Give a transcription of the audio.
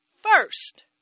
first